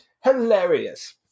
Hilarious